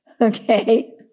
Okay